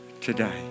today